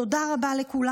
תודה רבה לכולם.